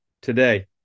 today